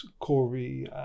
Corey